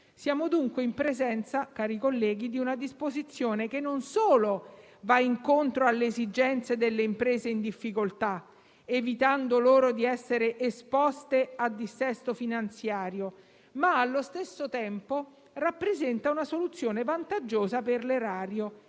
Siamo dunque in presenza, cari colleghi, di una disposizione che non solo va incontro alle esigenze delle imprese in difficoltà, evitando loro di essere esposte al dissesto finanziario, ma allo stesso tempo rappresenta una soluzione vantaggiosa per l'erario